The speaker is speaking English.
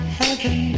heaven